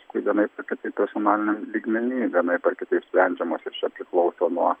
tai vienaip ar kitaip personaliniam lygmeny vienaip ar kitaip sprendžiamos visos priklauso nuo